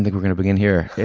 like were going to begin here.